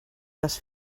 les